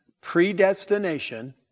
Predestination